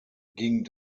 ging